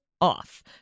off